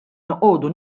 noqogħdu